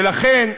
ולכן,